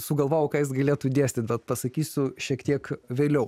sugalvojau ką jis galėtų dėstyt bet pasakysiu šiek tiek vėliau